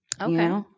Okay